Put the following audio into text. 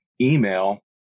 email